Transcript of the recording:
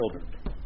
children